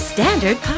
Standard